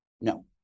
No